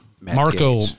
Marco